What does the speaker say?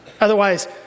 Otherwise